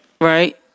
Right